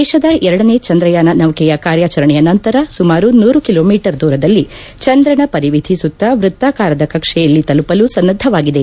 ದೇಶದ ಎರಡನೇ ಚಂದ್ರಯಾನ ನೌಕೆಯ ಕಾರ್ಯಾಚರಣೆಯ ನಂತರ ಸುಮಾರು ನೂರು ಕಿಲೋಮೀಟರ್ ದೂರದಲ್ಲಿ ಚಂದ್ರನ ಪರಿವಿಧಿ ಸುತ್ತ ವೃತ್ತಾಕಾರದ ಕಕ್ಷೆಯಲ್ಲಿ ತಲುಪಲು ಸನ್ನದ್ಧವಾಗಿದೆ